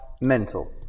mental